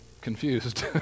confused